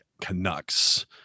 canucks